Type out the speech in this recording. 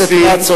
חבר הכנסת כץ,